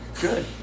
Good